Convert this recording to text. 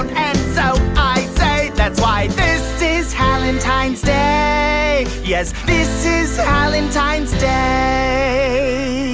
and so i say that's why this is hal-entine's day yes, this is hal-entine's day